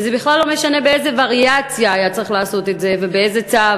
וזה בכלל לא משנה באיזה וריאציה היה צריך לעשות את זה ובאיזה צו,